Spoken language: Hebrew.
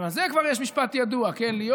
וגם על זה יש כבר משפט ידוע, כן?